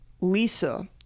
lisa